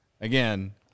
again